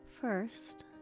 First